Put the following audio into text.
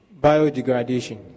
Biodegradation